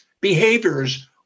behaviors